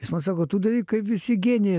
jis man sako tu kaip visi genijai